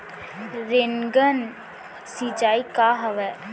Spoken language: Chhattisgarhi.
रेनगन सिंचाई का हवय?